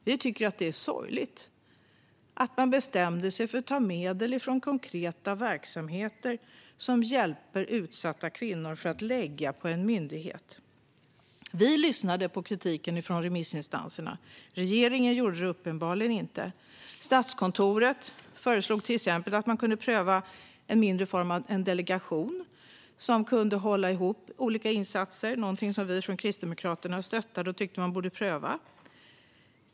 Vi tycker det är sorgligt att man har bestämt sig för att ta medel från konkreta verksamheter som hjälper utsatta kvinnor för att lägga på en myndighet. Vi lyssnade på kritiken från remissinstanserna, men regeringen gjorde uppenbarligen inte det. Statskontoret föreslog till exempel att man skulle pröva att ha en mindre delegation som kunde hålla ihop olika insatser, något som vi från Kristdemokraterna stöttade och tyckte att man borde pröva.